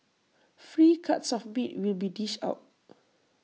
free cuts of meat will be dished out